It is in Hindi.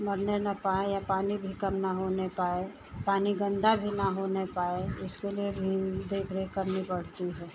मरने न पाए या पानी भी कम न होने पाए पानी गन्दा भी न होने पाए इसके लिए भी देखरेख करनी पड़ती है